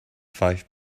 five